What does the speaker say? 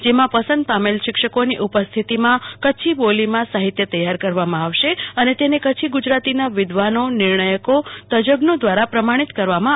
જેમાં પસંદ પામેલા શિક્ષકોની ઉપસ્થિતિમાં કચ્છી બોલી માં સાહિત્ય તૈયાર કરવામાં આવશે અને તેને કચ્છી ગુજરાતીના વિદ્વાનો નિર્ણાયકો તજજ્ઞો દ્વારા પ્રમાણિત કરવામાં આવશે